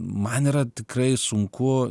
man yra tikrai sunku